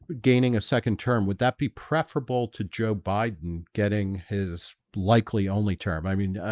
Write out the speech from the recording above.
gaining a second term. would that be preferable to joe biden getting his likely only term i mean, ah,